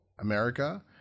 America